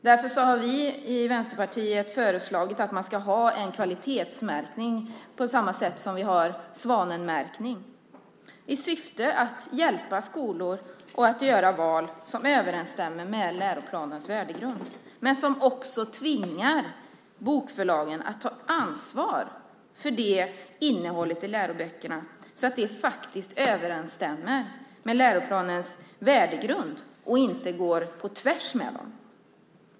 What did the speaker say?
Därför har vi i Vänsterpartiet föreslagit att man ska ha en kvalitetsmärkning på samma sätt som vi har svanmärkning, i syfte att hjälpa skolor att göra val som överensstämmer med läroplanens värdegrund och tvinga bokförlagen att ta ansvar för innehållet i läroböckerna så att det överensstämmer med läroplanens värdegrund och inte går på tvärs med dem.